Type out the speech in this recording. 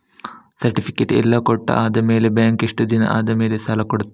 Certificate ಎಲ್ಲಾ ಕೊಟ್ಟು ಆದಮೇಲೆ ಬ್ಯಾಂಕ್ ಎಷ್ಟು ದಿನ ಆದಮೇಲೆ ಸಾಲ ಕೊಡ್ತದೆ?